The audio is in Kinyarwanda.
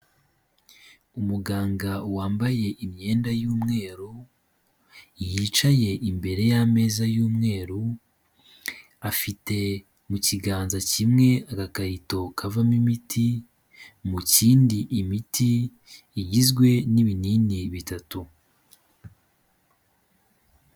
Umuganga wambaye imyenda y'umweru, yicaye imbere y'ameza y'umweru, afite mu kiganza kimwe agakarito kavamo imiti, mu kindi imiti igizwe n'ibinini bitatu.